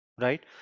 right